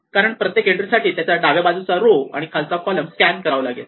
कारण प्रत्येक एन्ट्री साठी त्याच्या डाव्या बाजूचा रो आणि आणि खालचा कॉलम स्कॅन करावा लागेल